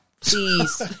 please